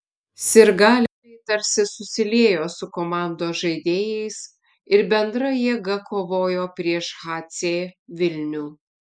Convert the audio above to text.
sirgaliai tarsi susiliejo su komandos žaidėjais ir bendra jėga kovojo prieš hc vilnių